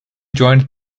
joined